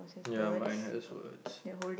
ya mine has words